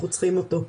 אנחנו צריכים אותו.